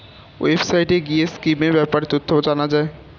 ওয়েবসাইটে গিয়ে স্কিমের ব্যাপারে তথ্য জানা যায়